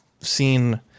seen